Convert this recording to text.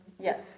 Yes